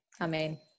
Amen